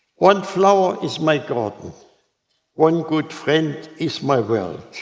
one flower is my garden one good friend is my world.